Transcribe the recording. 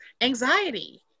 anxiety